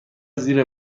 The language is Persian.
زیر